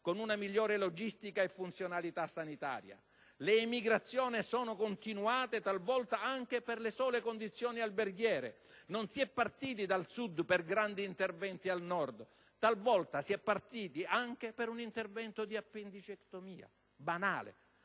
con una migliore logistica e funzionalità sanitaria. Le emigrazioni sono continuate talvolta anche per le sole condizioni alberghiere. Non si è partiti dal Sud per grandi interventi al Nord. Talvolta si è partiti anche per un banale intervento di appendicectomia perché